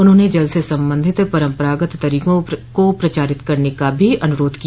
उन्होंने जल से संबंधित परम्परागत तरीकों को प्रचारित करने का भी अनुरोध किया